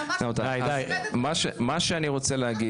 ממש --- מה שאני רוצה להגיד